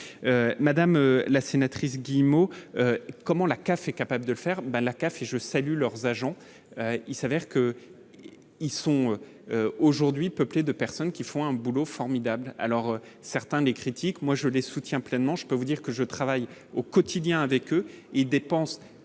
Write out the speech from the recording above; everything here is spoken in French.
madame la sénatrice Guillemot. Comment la CAF est capable de faire ben la CAF et je salue leurs agents, il s'avère que, ils sont aujourd'hui peuplée de personnes qui font un boulot formidable, alors certains des critiques, moi je les soutiens pleinement, je peux vous dire que je travaille au quotidien avec eux, ils dépensent